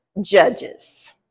judges